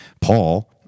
Paul